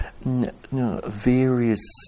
various